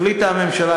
החליטה הממשלה,